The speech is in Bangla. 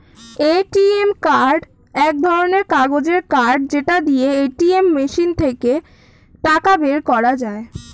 এ.টি.এম কার্ড এক ধরণের কাগজের কার্ড যেটা দিয়ে এটিএম মেশিন থেকে টাকা বের করা যায়